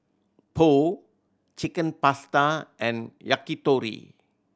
Pho Chicken Pasta and Yakitori